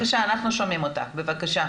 בבקשה.